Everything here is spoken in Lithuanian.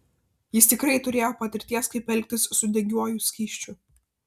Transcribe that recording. jis tikrai turėjo patirties kaip elgtis su degiuoju skysčiu